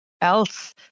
else